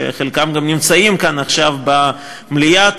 שחלקם נמצאים כאן עכשיו במליאה,